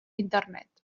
internet